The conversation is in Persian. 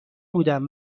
بودم